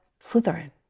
Slytherin